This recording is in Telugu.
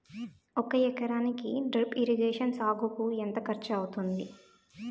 ఒక ఎకరానికి డ్రిప్ ఇరిగేషన్ సాగుకు ఎంత ఖర్చు అవుతుంది?